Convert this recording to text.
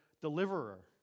deliverer